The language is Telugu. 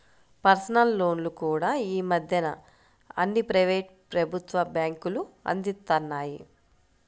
పర్సనల్ లోన్లు కూడా యీ మద్దెన అన్ని ప్రైవేటు, ప్రభుత్వ బ్యేంకులూ అందిత్తన్నాయి